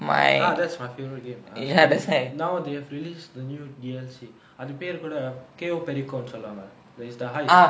ah that's my favourite game now they have released the new D_L_C அது பேரு கூட:athu peru kooda it's the heist